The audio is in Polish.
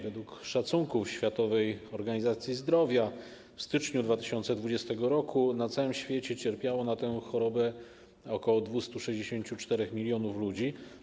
Według szacunków Światowej Organizacji Zdrowia w styczniu 2020 r. na całym świecie cierpiało na tę chorobę ok. 264 mln ludzi.